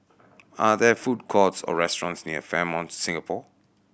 are there food courts or restaurants near Fairmont Singapore